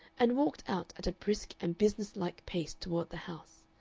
and walked out at a brisk and business-like pace toward the house.